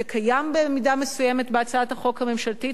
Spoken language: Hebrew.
זה קיים במידה מסוימת בהצעת החוק הממשלתית.